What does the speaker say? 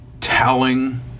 telling